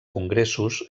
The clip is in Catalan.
congressos